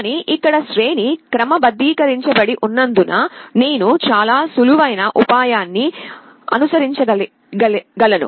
కానీ ఇక్కడ శ్రేణి క్రమబద్ధీకరించబడి ఉన్నందున నేను చాలా సులువైన ఉపాయాన్ని అనుసరించగలను